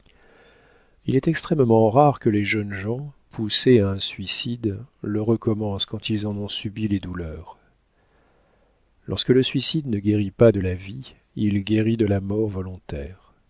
il est extrêmement rare que les jeunes gens poussés à un suicide le recommencent quand ils en ont subi les douleurs lorsque le suicide ne guérit pas de la vie il guérit de la mort volontaire